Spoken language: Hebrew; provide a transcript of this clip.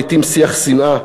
לעתים שיח שנאה,